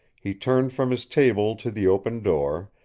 he turned from his table to the open door,